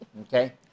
Okay